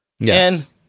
Yes